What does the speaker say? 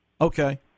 Okay